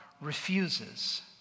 refuses